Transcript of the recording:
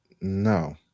No